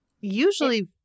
usually